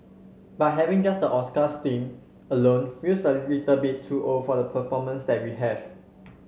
but having just the Oscars theme alone feels a little bit too old for the performers that we have